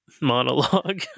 monologue